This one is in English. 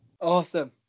Awesome